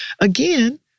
again